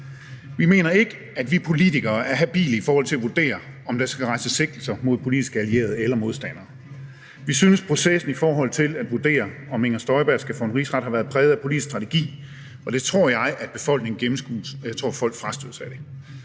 Vi mener ikke, at vi politikere er habile i forhold til at vurdere, om der skal rejses sigtelser mod politiske allierede eller modstandere. Vi synes, processen i forhold til at vurdere, om Inger Støjberg skal for en rigsret, har været præget af politisk strategi, og det tror jeg at befolkningen gennemskuer, og jeg tror, folk frastødes af det.